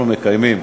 אנחנו מקיימים